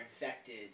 infected